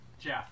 Jeff